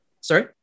Sorry